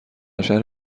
شهر